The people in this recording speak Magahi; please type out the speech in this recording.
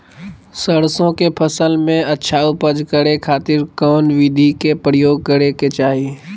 सरसों के फसल में अच्छा उपज करे खातिर कौन विधि के प्रयोग करे के चाही?